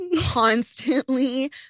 constantly